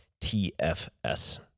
TFS